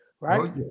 Right